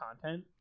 content